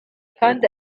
kandi